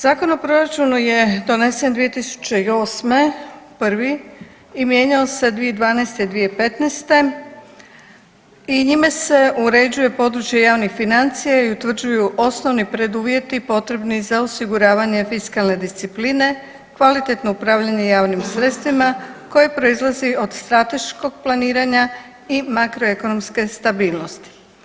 Zakon o proračunu je donesen 2008. prvi i mijenjao se 2012. i 2015. i njime se uređuje područje javnih financija i utvrđuju osnovni preduvjeti potrebni za osiguravanje fiskalne discipline i kvalitetno upravljanje javnim sredstvima koje proizlazi od strateškog planiranja i makroekonomske stabilnosti.